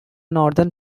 northern